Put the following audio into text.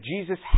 Jesus